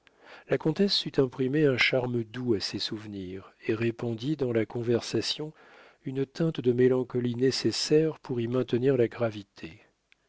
la comtesse sut imprimer un charme doux à ces souvenirs et répandit dans la conversation une teinte de mélancolie nécessaire pour y maintenir la gravité